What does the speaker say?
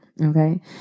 Okay